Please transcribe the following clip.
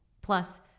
plus